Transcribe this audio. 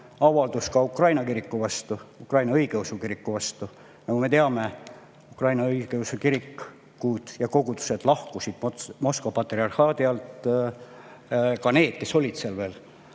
avaldus Ukraina kiriku vastu, Ukraina õigeusu kiriku vastu. Nagu me teame, Ukraina õigeusu kirikud ja kogudused lahkusid Moskva patriarhaadi alt, need, kes seal veel